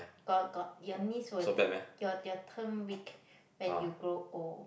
got got your knees will they they will turn weak when you grow old